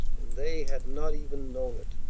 and they had not even known it.